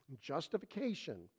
Justification